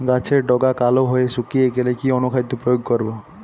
গাছের ডগা কালো হয়ে শুকিয়ে গেলে কি অনুখাদ্য প্রয়োগ করব?